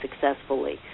successfully